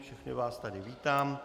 Všechny vás tady vítám.